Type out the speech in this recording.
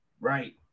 right